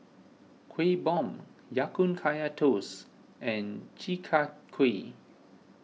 Kuih Bom Ya Kun Kaya Toast and Chi Kak Kuih